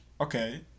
okay